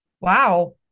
wow